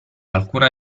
alcuna